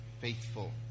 faithful